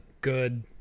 good